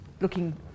looking